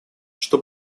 что